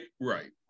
Right